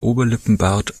oberlippenbart